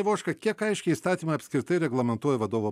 ivoška kiek aiškiai įstatymą apskritai reglamentuoja vadovo